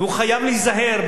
והוא חייב להיזהר,